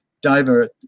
divert